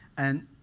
and